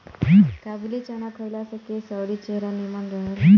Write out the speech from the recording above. काबुली चाना खइला से केस अउरी चेहरा निमन रहेला